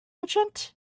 merchant